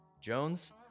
jones